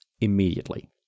immediately